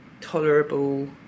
tolerable